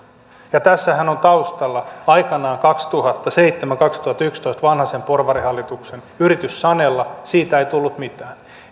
ja tässähän on taustalla aikoinaan kaksituhattaseitsemän viiva kaksituhattayksitoista vanhasen porvarihallituksen yritys sanella siitä ei tullut mitään